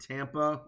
Tampa